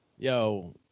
Yo